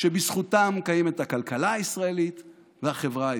שבזכותם קיימות הכלכלה הישראלית והחברה הישראלית.